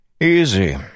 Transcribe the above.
Easy